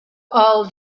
all